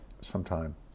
sometime